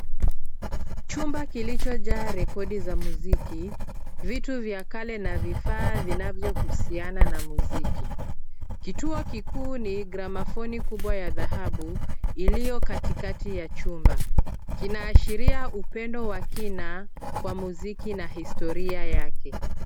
Chumba kilichojaa rekodi za muziki, vitu vya kale na vifaa vinavyohusiana na muziki. Kituo kikuu ni gramafoni kubwa ya dhahabu, iliyo katikati ya chumba. Kinaashiria upendo wa kina kwa muziki na historia yake.